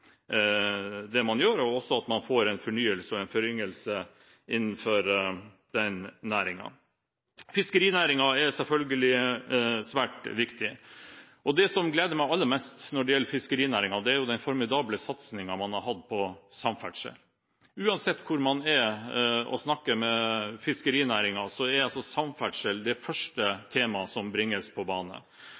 det man gjør, og at man også får en fornyelse og en foryngelse innenfor den næringen. Fiskerinæringen er selvfølgelig svært viktig. Det som gleder meg aller mest når det gjelder fiskerinæringen, er den formidable satsingen man har hatt på samferdsel. Uansett hvor man er og snakker med fiskerinæringen, er samferdsel det første temaet som bringes på